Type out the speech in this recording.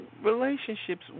Relationships